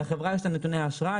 לחברה יש נתוני האשראי,